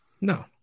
No